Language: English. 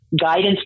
guidance